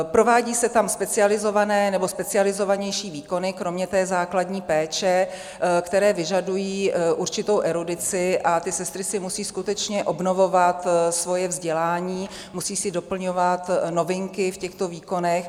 Provádějí se tam specializované nebo specializovanější výkony, kromě té základní péče, které vyžadují určitou erudici, a ty sestry si musí skutečně obnovovat svoje vzdělání, musí si doplňovat novinky v těchto výkonech.